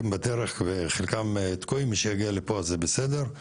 הם בדרך, חלקם תקועים ומי שיגיע לפה זה בסדר.